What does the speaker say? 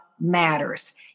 matters